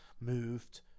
moved